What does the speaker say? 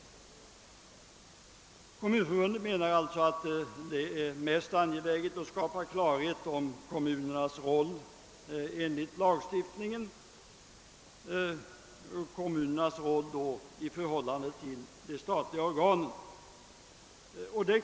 Kommunförbundet menar alltså at det är mest angeläget att klarhet skapas om kommunernas roll enligt lagstiftningen i förhållande till de siatliga organen.